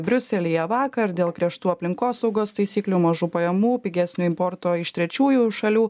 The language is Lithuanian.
briuselyje vakar dėl griežtų aplinkosaugos taisyklių mažų pajamų pigesnio importo iš trečiųjų šalių